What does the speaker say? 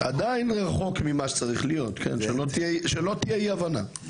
עדיין רחוק ממה שצריך להיות, שלא תהיה אי הבנה.